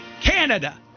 Canada